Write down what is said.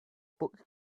book